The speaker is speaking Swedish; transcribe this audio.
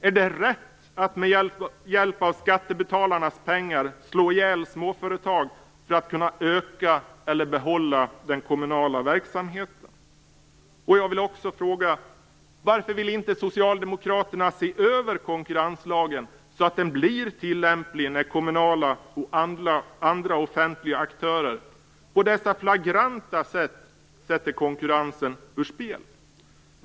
Är det rätt att med hjälp av skattebetalarnas pengar slå ihjäl småföretag för att kunna öka eller behålla den kommunala verksamheten? Jag vill också fråga: Varför vill inte Socialdemokraterna se över konkurrenslagen, så att den blir tillämplig när kommunala och andra offentliga aktörer på dessa flagranta sätt sätter konkurrensen ur spel?